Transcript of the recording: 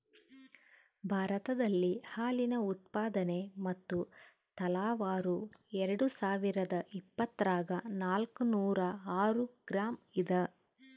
ಭಾರತದಲ್ಲಿ ಹಾಲಿನ ಉತ್ಪಾದನೆ ಮತ್ತು ತಲಾವಾರು ಎರೆಡುಸಾವಿರಾದ ಇಪ್ಪತ್ತರಾಗ ನಾಲ್ಕುನೂರ ಆರು ಗ್ರಾಂ ಇದ